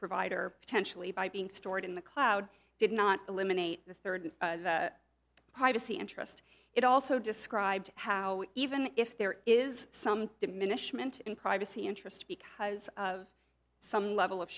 provider potentially by being stored in the cloud did not eliminate the third privacy interest it also described how even if there is some diminishment in privacy interest because of some level of